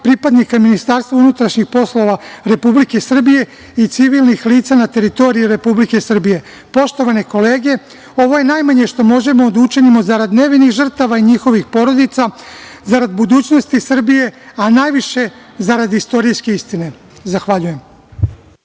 pripadnika MUP Republike Srbije i civilnih lica na teritoriji Republike Srbije. Poštovane kolege, ovo je najmanje što možemo da učinimo zarad nevinih žrtava i njihovih porodica, zarad budućnosti Srbije, a najviše zarad istorijske istine. Zahvaljujem.